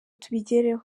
tubigereho